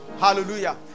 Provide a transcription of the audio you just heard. hallelujah